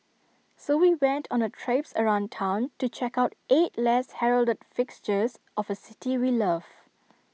so we went on A traipse around Town to check out eight less heralded fixtures of A city we love